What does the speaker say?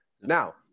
Now